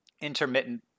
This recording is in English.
intermittent